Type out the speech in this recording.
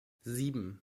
sieben